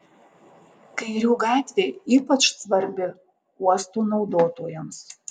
kairių gatvė ypač svarbi uosto naudotojams